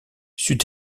c’eût